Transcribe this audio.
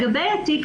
לגבי התיק